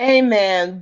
amen